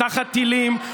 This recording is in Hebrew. תחת טילים,